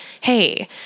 hey